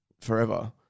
forever